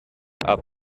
our